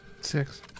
Six